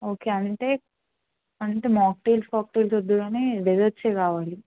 okay అంటే అంటే mocktails cocktails వద్దు గానీ డెజర్ట్సే కావాలి